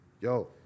Yo